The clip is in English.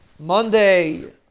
Monday